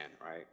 right